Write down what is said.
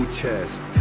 chest